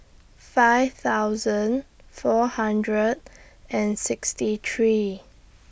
five thousand four hundred and sixty three